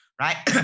right